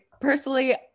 personally